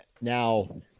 Now